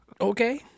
Okay